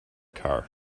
car